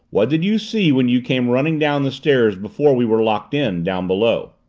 what did you see when you came running down the stairs before we were locked in, down below?